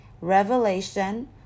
Revelation